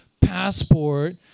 passport